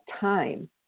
time